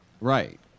Right